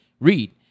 read